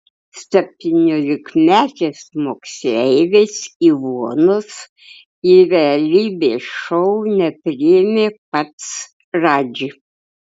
septyniolikmetės moksleivės ivonos į realybės šou nepriėmė pats radži